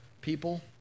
people